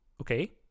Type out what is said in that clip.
okay